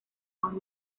aún